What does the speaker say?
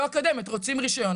לא אקדמית, רוצים רישיון'.